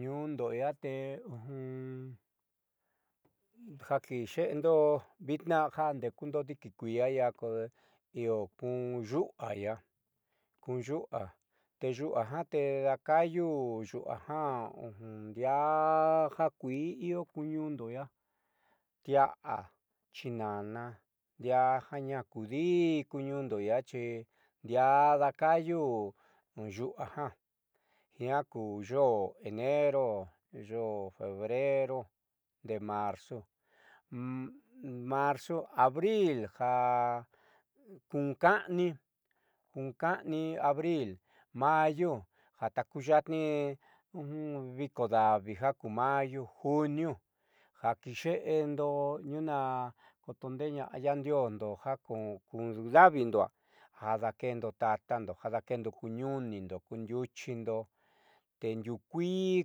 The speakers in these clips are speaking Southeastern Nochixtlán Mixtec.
Ñuundo iia te ja kiixe'endo vitnaa jandekundo diikikui'ia i'ia io kun yu'ua i'io kun yu'ua te yu'ua jate daakaayuu yu'ua ja ndiaa ja kuii iio ku ñuundo i'ia tia'a chinana ndiaa ju akuudi'i ku ñuundo i'ia xi ndiaá daakayu yu'ua ja jiaa ku yoo enero yoó febrero ndee marzo marzo abril ja kun ka'ani kun ka'ani abril mayu ja taakuya'atnii viko davi ja ku mayo junio ja kiixe'endo tniuuna katood'eña'a yaandiojndo ja kun daavindo ja dakendo tatando ja dakendo ku nuunindo ndiuchindo ten diuu kuii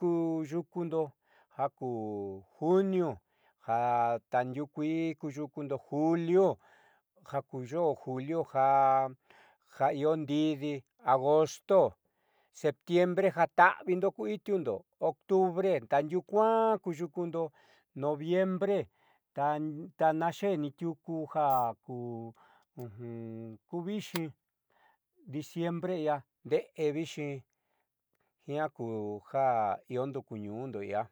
ku yukundo ja ku junio ja tandiukuii ku yukundo julio ja ku yoo julio ja ja iio ndidi agosto septiembre ja ta'avindo kuitiuundo octubre tandiuu kuaan ku yukundo noviembre ta naaxeé niitiukuja ku ku viixi diciembre i'io ndeé viixi jiaa kujo i'iondo i'ia.